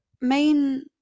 main